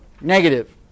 negative